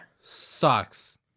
Sucks